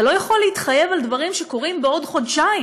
אתה לא יכול להתחייב על דברים שיקרו בעוד חודשיים.